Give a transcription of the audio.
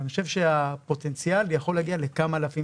אני חושב שהפוטנציאל יכול להגיע לכמה אלפים